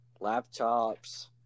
laptops